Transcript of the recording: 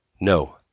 No